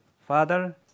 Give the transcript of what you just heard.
father